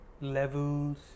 levels